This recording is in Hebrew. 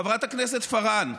חברת הכנסת פארן,